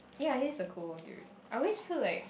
ya he's a cool dude I always feel like